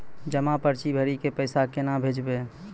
जमा पर्ची भरी के पैसा केना भेजबे?